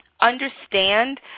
understand